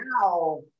now